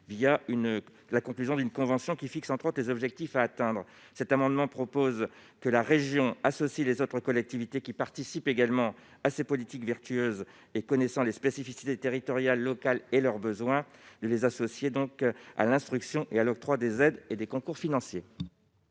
la conclusion d'une convention qui fixe, entre autres, les objectifs à atteindre. Cet amendement tend à prévoir que la région associe les autres collectivités, qui participent également à ces politiques vertueuses et connaissent les spécificités locales, ainsi que les besoins des territoires, à l'instruction et à l'octroi des aides et des concours financiers.